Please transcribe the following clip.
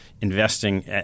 investing